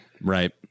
Right